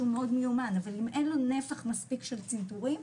מאוד מיומן אבל אם אין לו נפח מספיק של צנתורים,